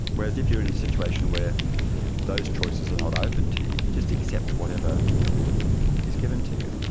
whereas if you are in a situation where those choices are not open to you, you just accept whatever is given to you.